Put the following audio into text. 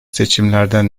seçimlerden